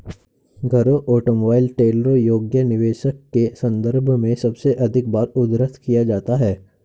घरों, ऑटोमोबाइल, ट्रेलरों योग्य निवेशों के संदर्भ में सबसे अधिक बार उद्धृत किया जाता है